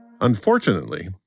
Unfortunately